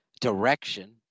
direction